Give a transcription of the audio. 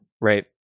right